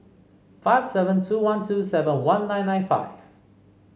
five seven two one two seven one nine nine five